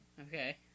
Okay